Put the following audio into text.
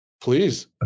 please